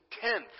tenth